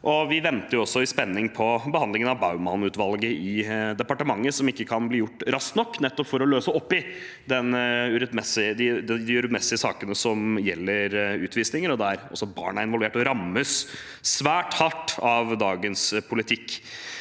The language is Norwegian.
Vi venter også i spenning på behandlingen av Baumann-utvalget i departementet – som ikke kan bli gjort raskt nok – nettopp for å løse opp i det urettmessige i sakene som gjelder utvisninger, der også barn er involvert og rammes svært hardt av dagens politikk.